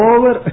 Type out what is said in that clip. Over